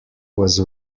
was